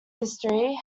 history